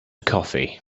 coffee